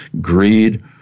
greed